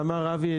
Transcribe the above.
שאבי,